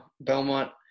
Belmont